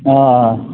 آ آ